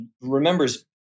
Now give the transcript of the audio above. remembers